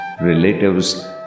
relatives